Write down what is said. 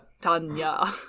Tanya